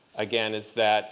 again, is that